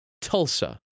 Tulsa